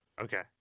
Okay